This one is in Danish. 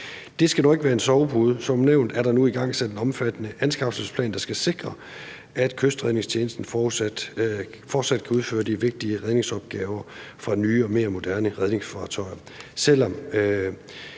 Det skal dog ikke være en sovepude. Som nævnt er der nu igangsat en omfattende anskaffelsesplan, der skal sikre, at Kystredningstjenesten fortsat kan udføre de vigtige redningsopgaver fra nye og mere moderne redningskøretøjer,